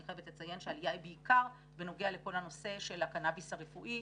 אני חייבת לציין שהעלייה היא בעיקר בנוגע לכל הנושא של הקנאביס הרפואי,